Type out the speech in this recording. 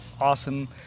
awesome